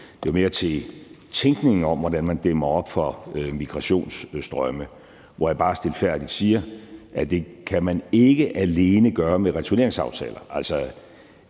Det var mere til tænkningen om, hvordan man dæmmer op for migrationsstrømme, hvor jeg bare stilfærdigt siger, at det kan man ikke alene gøre med returneringsaftaler.